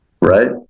right